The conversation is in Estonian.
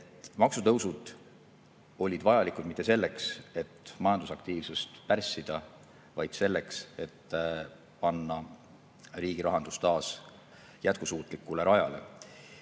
maksutõusud olid vajalikud mitte selleks, et majandusaktiivsust pärssida, vaid selleks, et panna riigirahandus taas jätkusuutlikule rajale.